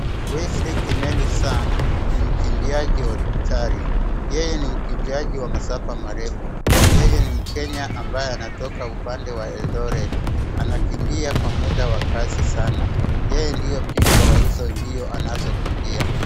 Wesley Kimeli Sang ni mkimbiaji hodari. Yeye ni mkimbiaji wa masfa marefu. Yeye ni mkenya ambaye anatoka upande wa Eldoret. Anakimbia kwa muda wa kasi sana. Yeye ndiye bigwa wa hizo mbio anazokimbia.